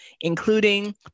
including